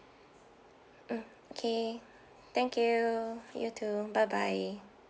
mm okay thank you you too bye bye